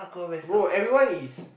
bro everyone is